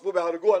ששרפו והרגו,